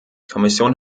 kommission